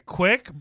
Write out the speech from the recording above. quick